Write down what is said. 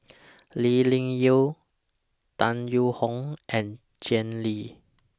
Lee Ling Yen Tan Yee Hong and Jay Lim